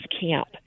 camp